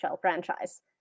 franchise